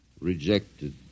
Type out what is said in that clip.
Rejected